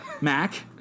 Mac